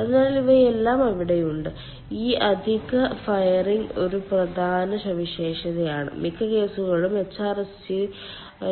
അതിനാൽ ഇവയെല്ലാം അവിടെയുണ്ട് ഈ അധിക ഫയറിംഗ് ഒരു പ്രധാന സവിശേഷതയാണ് മിക്ക കേസുകളിലും HRSG